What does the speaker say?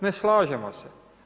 Ne slažemo se.